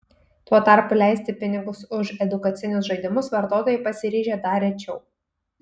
tuo tarpu leisti pinigus už edukacinius žaidimus vartotojai pasiryžę dar rečiau